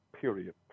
period